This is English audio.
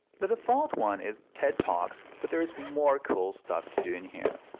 the default one is tedtalks, but there is more cool stuff to do in here.